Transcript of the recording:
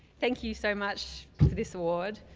thank you so much for this award.